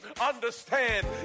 Understand